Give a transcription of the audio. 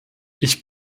ich